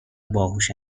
باهوش